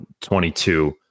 22